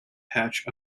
patch